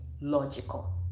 logical